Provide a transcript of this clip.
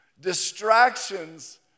distractions